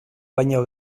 baino